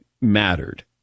mattered